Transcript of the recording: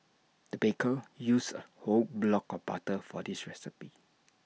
the baker used A whole block of butter for this recipe